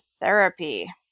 Therapy